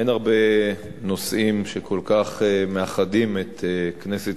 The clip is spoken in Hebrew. אין הרבה נושאים שמאחדים כל כך את כנסת